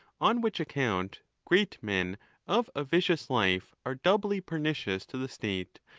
on which account, great men of a vicious life are doubly pernicious to the state,